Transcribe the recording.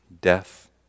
death